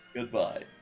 Goodbye